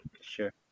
sure